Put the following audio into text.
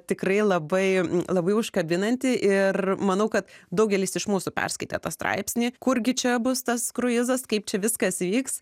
tikrai labai labai užkabinanti ir manau kad daugelis iš mūsų perskaitė tą straipsnį kur gi čia bus tas kruizas kaip čia viskas vyks